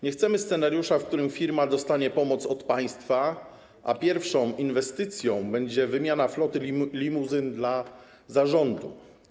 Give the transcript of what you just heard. Nie chcemy scenariusza, w którym firma dostanie pomoc od państwa, a pierwszą inwestycją będzie wymiana floty limuzyn dla zarządu.